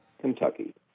Kentucky